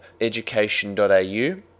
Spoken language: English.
education.au